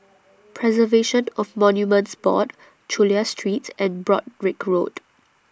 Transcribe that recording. Preservation of Monuments Board Chulia Street and Broadrick Road